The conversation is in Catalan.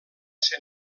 ser